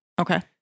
Okay